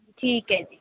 ਠੀਕ ਹੈ ਜੀ